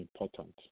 important